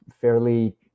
fairly